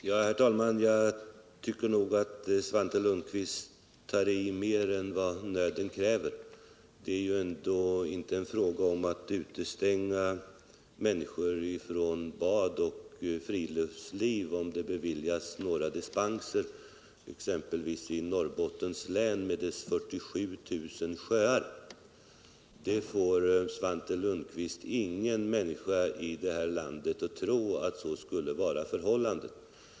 Herr talman! Jag tycker nog att Svante Lundkvist tar i mer än vad nöden kräver. Det är ju ändå inte fråga om att utestänga människor från bad och 39 Om regeringens syn på strandskyddet friluftsliv, om det beviljas några dispenser, exempelvis i Norrbottens län med dess 47 000 sjöar. Svante Lundkvist får inte någon människa i det här landet att tro att så skulle vara förhållandet.